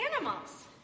animals